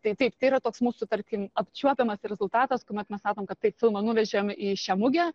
tai taip tai yra toks mūsų tarkim apčiuopiamas rezultatas kuomet mes sakom kad taip filmą nuvežėm į šią mugę